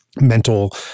mental